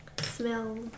Smell